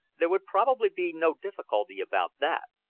there would probably be no difficulty about that.